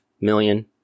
million